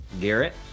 Garrett